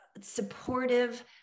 supportive